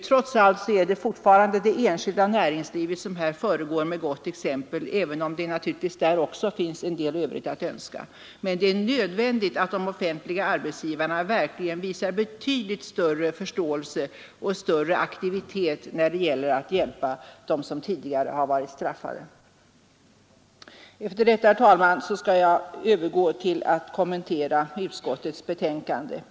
Trots allt är det fortfarande det enskilda näringslivet som här föregår med gott exempel, även om det naturligtvis också där finns en del övrigt att önska. Det är nödvändigt att de offentliga arbetsgivarna visar betydligt större förståelse och större aktivitet när det gäller att hjälpa dem som tidigare varit straffade. Efter detta, herr talman, skall jag övergå till att kommentera utskottets betänkande.